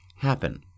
happen